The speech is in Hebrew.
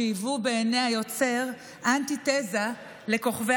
שהיוו בעיני היוצר אנטיתזה לכוכבי